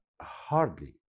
hardly